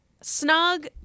snug